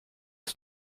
ist